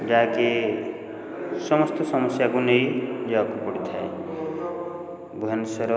ଯାହାକି ସମସ୍ତ ସମସ୍ୟାକୁ ନେଇ ଯିବାକୁ ପଡ଼ିଥାଏ ଭୁବନେଶ୍ୱର